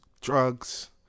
drugs